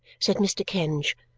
said mr. kenge.